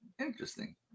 Interesting